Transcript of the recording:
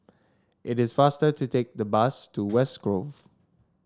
it is faster to take the bus to West Grove